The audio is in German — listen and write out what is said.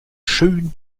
schön